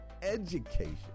education